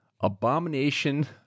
abomination